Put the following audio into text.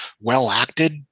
well-acted